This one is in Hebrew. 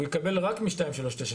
הוא יקבל רק מ-2398.